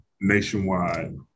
nationwide